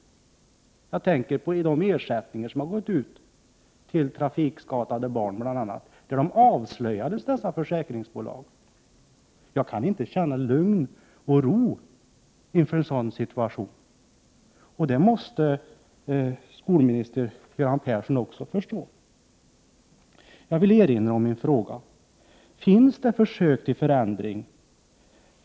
Jag tänker på de ersättningar som har gått ut bl.a. till trafikskadade barn, då försäkringsbolagen avslöjades. Jag kan inte känna lugn och ro inför en sådan situation. Det måste skolminister Göran Persson förstå. Jag vill erinra om min fråga. Finns det försök till förändringar?